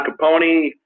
Capone